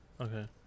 Okay